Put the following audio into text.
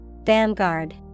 Vanguard